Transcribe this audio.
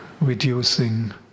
reducing